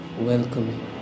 welcoming